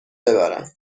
ببرم